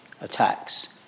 attacks